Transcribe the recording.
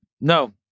No